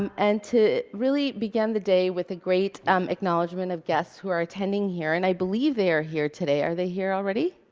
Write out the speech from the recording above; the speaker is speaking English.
um and to really begin the day with a great um acknowledge and of guests who are attending here, and i believe they are here today. are they here already?